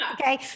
okay